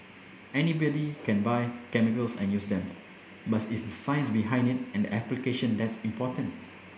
anybody can buy chemicals and use them but it's the science behind it and the application that's important